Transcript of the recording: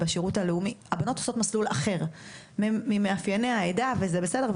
בשירות הלאומי הבנות עושות מסלול אחר ממאפייני העדה וזה בסדר,